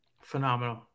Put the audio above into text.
Phenomenal